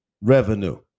revenue